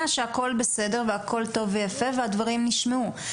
שהכל בסדר והכל טוב ויפה והדברים נשמעו.